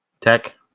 Tech